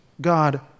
God